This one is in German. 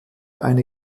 eine